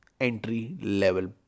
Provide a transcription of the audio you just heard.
entry-level